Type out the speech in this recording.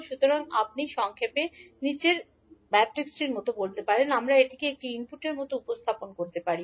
সুতরাং আপনি হবে সংক্ষেপে আমরা বলতে পারি যে আমরা এটিকে একটি ইনপুটের মতো উপস্থাপন করতে পারি